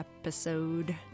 episode